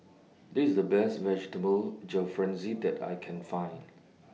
This IS The Best Vegetable Jalfrezi that I Can Find